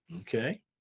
okay